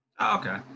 okay